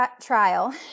trial